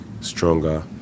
stronger